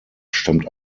stammt